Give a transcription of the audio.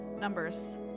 numbers